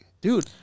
dude